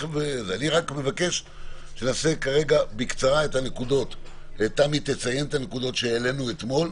אני רק מבקש שכרגע תמי תציין בקצרה את הנקודות שהעלינו אתמול.